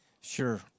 Sure